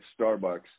Starbucks